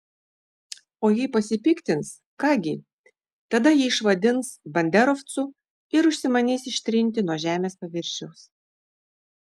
o jei pasipiktins ką gi tada jį išvadins banderovcu ir užsimanys ištrinti nuo žemės paviršiaus